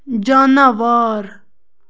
جاناوار